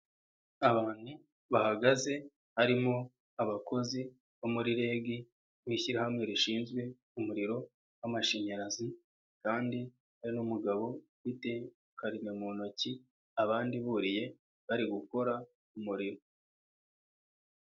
Abantu bahagaze, harimo abakozi bo muri REG, ishyirahamwe rishinzwe umuriro w'amashanyarazi, kandi hari n'umugabo ufite ikarine mu ntoki, abandi buriye bari gukora umurimo.